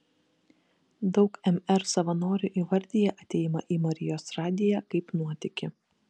daug mr savanorių įvardija atėjimą į marijos radiją kaip nuotykį